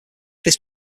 this